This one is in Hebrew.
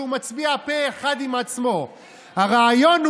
שהוא מצביע פה אחד עם עצמו: הרעיון,